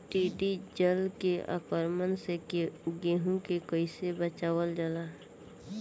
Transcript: टिडी दल के आक्रमण से गेहूँ के कइसे बचावल जाला?